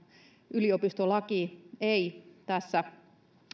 yliopistolaki ei tässä